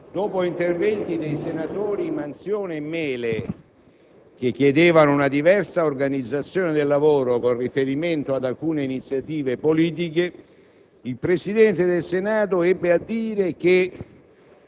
gli interventi dei senatori Manzione e Mele che chiedevano una diversa organizzazione dei nostri lavori con riferimento ad alcune iniziative politiche, il Presidente del Senato ebbe a dire che